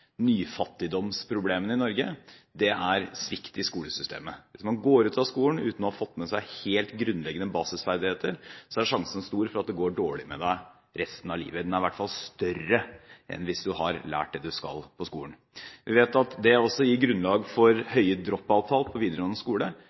nyfattigdomsproblemene i Norge, er svikt i skolesystemet. Hvis du går ut av skolen uten å ha fått med deg helt grunnleggende basisferdigheter, er sjansen stor for at det går dårlig med deg resten av livet. Den er i hvert fall større enn hvis du har lært det du skal på skolen. Vi vet at det også gir grunnlag for høye drop-out-tall på videregående skole